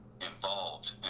involved